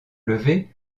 levée